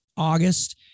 August